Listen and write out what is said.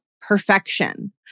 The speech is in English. perfection